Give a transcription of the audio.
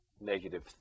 Negative